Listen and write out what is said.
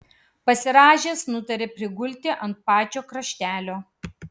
pasirąžęs nutarė prigulti ant pačio kraštelio